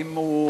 ואם הוא,